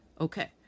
Okay